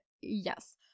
Yes